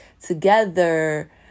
together